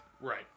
Right